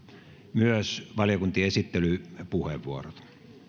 myös valiokuntien esittelypuheenvuorot